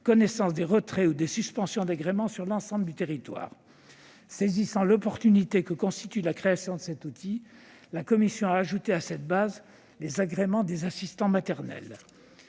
connaissance des retraits ou des suspensions d'agrément sur l'ensemble du territoire. Saisissant l'opportunité que constitue la création de cet outil, la commission a ajouté à cette base les agréments des assistants maternels.